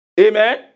Amen